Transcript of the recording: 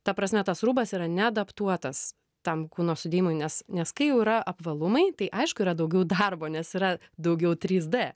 ta prasme tas rūbas yra ne adaptuotas tam kūno sudėjimui nes nes kai jau yra apvalumai tai aišku yra daugiau darbo nes yra daugiau trys d